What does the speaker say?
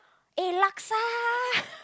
eh Laksa